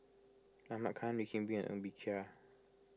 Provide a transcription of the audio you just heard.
Ahmad Khan Wee Kim Wee Ng Bee Kia